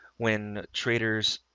when traders